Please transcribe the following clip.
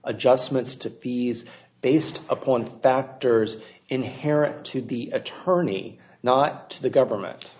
adjustments to fees based upon factors inherent to the attorney not to the government